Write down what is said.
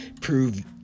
prove